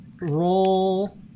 roll